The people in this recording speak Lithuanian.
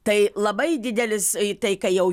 tai labai didelis tai kai jau